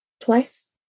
twice